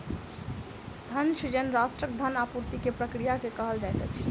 धन सृजन राष्ट्रक धन आपूर्ति के प्रक्रिया के कहल जाइत अछि